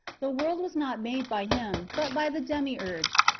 the world was not made by him, but by the demiurge.